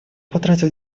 потратил